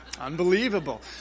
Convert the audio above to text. Unbelievable